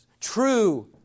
True